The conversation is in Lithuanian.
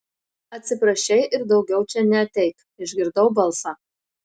atsiprašei ir daugiau čia neateik išgirdau balsą